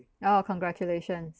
oh congratulations